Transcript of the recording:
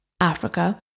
Africa